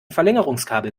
verlängerungskabel